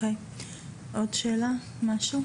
עוד שאלה למישהו?